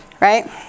right